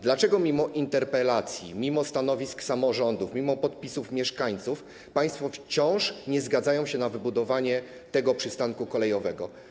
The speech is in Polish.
Dlaczego mimo interpelacji, mimo stanowisk samorządów, mimo podpisów mieszkańców państwo wciąż nie zgadzają się na wybudowanie tego przystanku kolejowego?